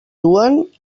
duen